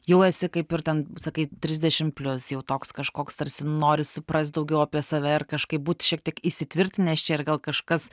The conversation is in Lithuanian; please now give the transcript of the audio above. jau esi kaip ir ten sakai trisdešim plius jau toks kažkoks tarsi nori suprast daugiau apie save ir kažkaip būt šiek tiek įsitvirtinęs čia ir gal kažkas